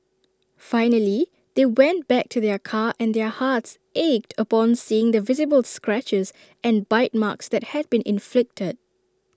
finally they went back to their car and their hearts ached upon seeing the visible scratches and bite marks that had been inflicted